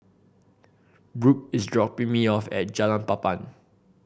Brooke is dropping me off at Jalan Papan